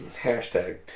Hashtag